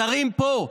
השרים פה,